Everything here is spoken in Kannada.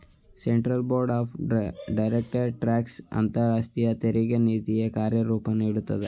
central board of direct tax ಅಂತರಾಷ್ಟ್ರೀಯ ತೆರಿಗೆ ನೀತಿಯ ಕಾರ್ಯರೂಪ ನೀಡುತ್ತದೆ